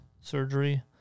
surgery